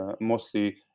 mostly